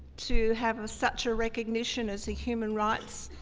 to have such a recognition as a human rights,